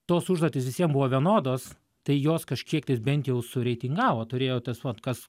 tos užduotys visiem buvo vienodos tai jos kažkiek tais bent jau su reitingavo turėjo testuot kas